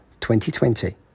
2020